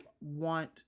want